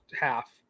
half